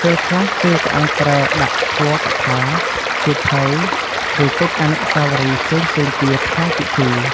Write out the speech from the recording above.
ពេលខ្លះគេក៏អាចប្រើដាក់ ធម៌កថា, សៀវភៅ, ឬកិច្ចអនុស្សាវរីយ៍ផ្សេងៗទៀតក្នុងពិធី។